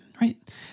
right